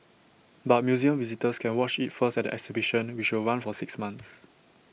but museum visitors can watch IT first at the exhibition which will run for six months